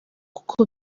kuko